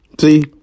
See